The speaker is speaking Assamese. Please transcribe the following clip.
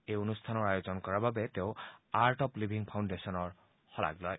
এই অনুষ্ঠানৰ আয়োজন কৰাৰ বাবে তেওঁ আৰ্ট অব লিভিং ফাউণ্ডেচনৰ শলাগ লয়